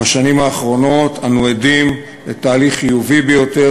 בשנים האחרונות אנו עדים לתהליך חיובי ביותר